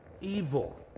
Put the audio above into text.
evil